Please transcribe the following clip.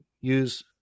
use